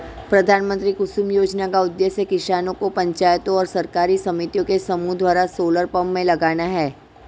प्रधानमंत्री कुसुम योजना का उद्देश्य किसानों पंचायतों और सरकारी समितियों के समूह द्वारा सोलर पंप लगाना है